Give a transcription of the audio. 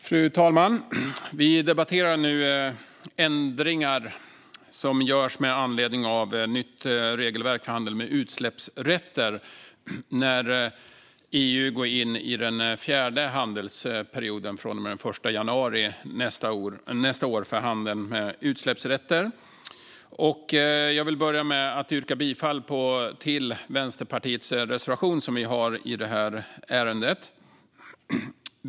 Fru talman! Vi debatterar nu ändringar som görs med anledning av ett nytt regelverk för handeln med utsläppsrätter när EU den 1 januari nästa år går in i den fjärde handelsperioden för detta. Jag vill börja med att yrka bifall till Vänsterpartiets reservation i ärendet.